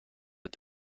het